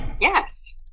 yes